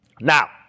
Now